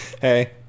Hey